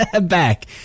back